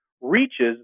reaches